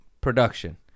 production